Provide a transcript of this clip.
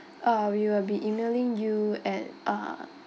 uh we will be emailing you and uh